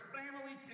family